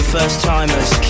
first-timers